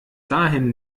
dahin